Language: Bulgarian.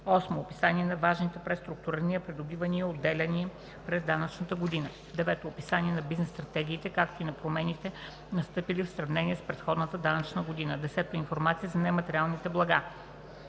8. описание на важните преструктурирания, придобивания и отделяния през данъчната година; 9. описание на бизнес стратегиите, както и на промените, настъпили в сравнение с предходната данъчна година; 10. информация за нематериалните блага: